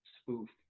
spoof